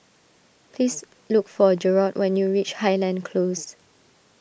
please look for Jerrod when you reach Highland Close